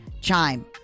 chime